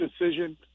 decision